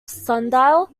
sundial